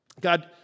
God